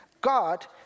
God